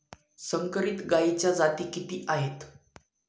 संकरित गायीच्या जाती किती आहेत?